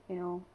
you know